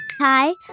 Hi